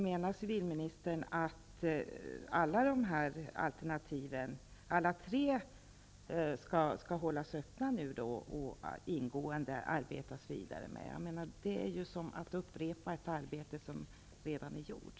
Menar civilministern att alla de tre alternativen nu skall hållas öppna och att man ingående skall arbeta vidare med dem? Det är ju som att upprepa ett arbete som redan är gjort.